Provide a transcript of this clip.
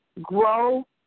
grow